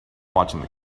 watching